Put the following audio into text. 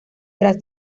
tras